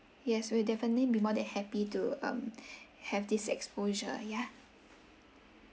yes we definitely be more than happy to um have this exposure yeah